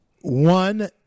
One